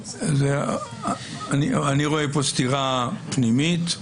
אני רואה כאן סתירה פנימית.